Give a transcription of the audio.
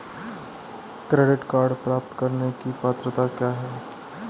Credit card प्राप्त करने की पात्रता क्या है?